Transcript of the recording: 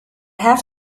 have